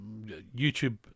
YouTube